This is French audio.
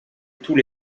tous